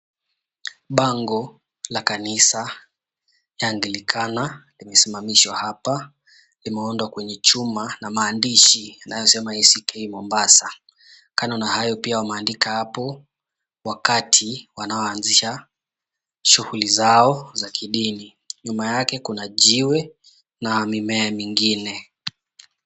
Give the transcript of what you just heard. Bango la kanisa ya anglikana limesimamishwa hapa. Limeundwa kwenye chuma na maandishi yanayosema ACK Mombasa. Kando na hayo pia wameandika wakati wanaoanzisha shughuli zao za kidini. Nyuma yake kuna jiwe na mimea mingine.